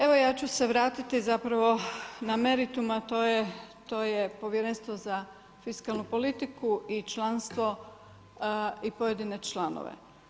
Evo ja ću se vratiti na meritum, a to je Povjerenstvo za fiskalnu politiku i članstvo i pojedine članove.